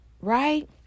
Right